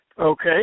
Okay